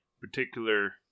particular